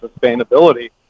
sustainability